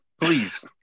please